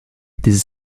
des